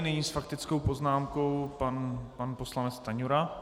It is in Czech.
Nyní s faktickou poznámkou pan poslanec Stanjura.